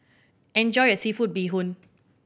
enjoy your seafood bee hoon